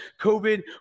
COVID